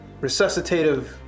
resuscitative